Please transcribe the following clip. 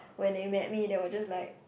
when they met me they were just like